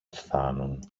φθάνουν